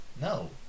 No